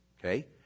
Okay